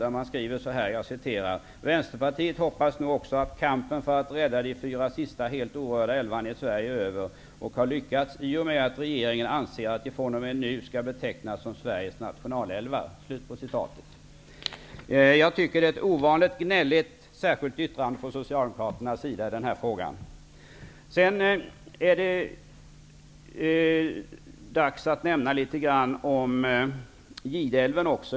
De skriver där: ''Vänsterpartiet hoppas nu också att kampen för att rädda de fyra sista helt orörda älvarna i Sverige är över och har lyckats i och med att regeringen anser att de från och med nu ska betecknas som Sveriges nationalälvar.'' Jag tycker att det är ett ovanligt gnälligt särskilt yttrande från Socialdemokraterna i den här frågan. Även Gideälven skall nämnas i detta sammanhang.